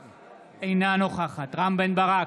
אינה נוכחת רם בן ברק,